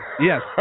Yes